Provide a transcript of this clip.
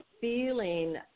feeling